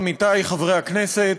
עמיתי חברי הכנסת,